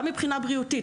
גם מבחינה בריאותית,